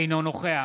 אינו נוכח